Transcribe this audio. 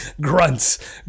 grunts